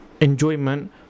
enjoyment